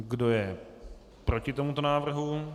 Kdo je proti tomuto návrhu?